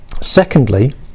Secondly